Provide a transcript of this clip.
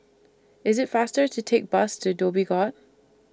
IT IS faster to Take Bus to Dhoby Ghaut